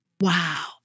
wow